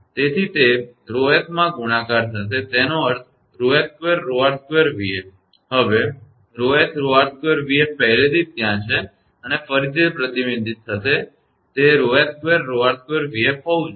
તેથી તે 𝜌𝑠 માં ગુણાકાર થશે તેનો અર્થ એ કે 𝜌𝑠2𝜌𝑟2𝑣𝑓 હશે 𝜌𝑠𝜌𝑟2𝑣𝑓 પહેલેથી જ ત્યાં છે અને ફરીથી તે પ્રતિબિંબિત થશે તે 𝜌𝑠2𝜌𝑟2𝑣𝑓 હોવું જોઈએ